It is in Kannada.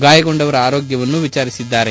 ಗಾಯಗೊಂಡವರ ಆರೋಗ್ಲವನ್ನು ವಿಚಾರಿಸಿದರು